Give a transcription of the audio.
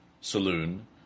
Saloon